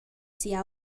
sia